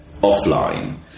offline